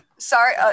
sorry